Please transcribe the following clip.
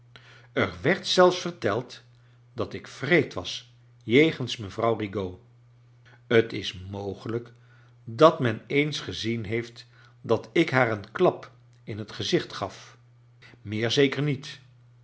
er werd zelfp verteld dat ik wreed was jegens mevrouw rigaud t is mogelijk dat men eens gezien heeft dat ik haar een klap in het gezicht gaf meer zeker niet